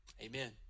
amen